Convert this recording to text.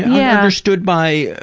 yeah, understood by,